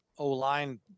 O-line